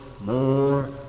more